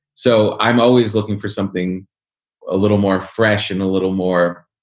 so i'm always looking for something a little more fresh and a little more.